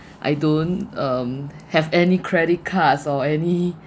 I don't um have any credit cards or any